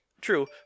True